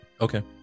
Okay